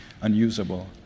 unusable